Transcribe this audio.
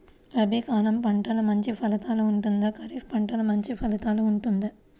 రబీ కాలం పంటలు మంచి ఫలితాలు ఉంటుందా? ఖరీఫ్ పంటలు మంచి ఫలితాలు ఉంటుందా?